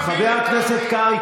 חבר הכנסת קרעי,